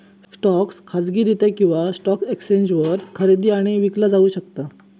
stock खाजगीरित्या किंवा stock एक्सचेंजवर खरेदी आणि विकला जाऊ शकता